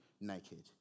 naked